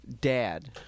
Dad